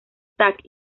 stack